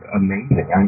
amazing